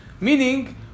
Meaning